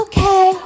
Okay